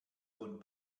von